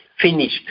Finished